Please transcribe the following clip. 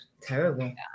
terrible